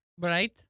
Right